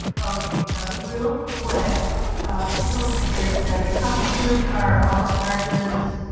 okay real quick a couple of pickers said my comfort foods are all starches